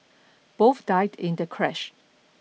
both died in the crash